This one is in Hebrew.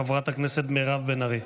חברת הכנסת מירב בן ארי.